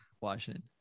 Washington